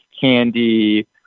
candy